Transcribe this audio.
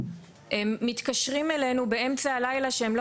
הם מתקשרים אלינו באמצע הלילה שהם לא